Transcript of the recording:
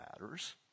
matters